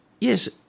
Yes